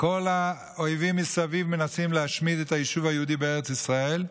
כל האויבים מסביב מנסים להשמיד את היישוב היהודי בארץ ישראל,